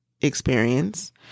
experience